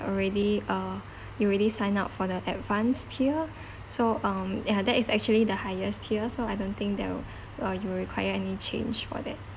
already uh you already sign up for the advanced tier so um ya that is actually the highest tier so I don't think that uh you will require any change for that